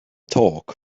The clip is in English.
talk